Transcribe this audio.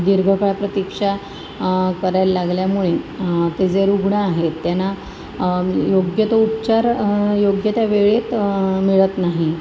दीर्घ काळ प्रतीक्षा करायला लागल्यामुळे ते जे रुग्ण आहेत त्यांना योग्य तो उपचार योग्य त्या वेळेत मिळत नाही